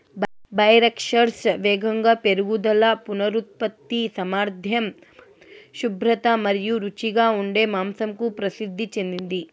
Berkshires వేగంగా పెరుగుదల, పునరుత్పత్తి సామర్థ్యం, శుభ్రత మరియు రుచిగా ఉండే మాంసంకు ప్రసిద్ధి చెందింది